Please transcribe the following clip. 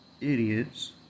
idiots